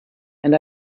and